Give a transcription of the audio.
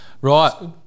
right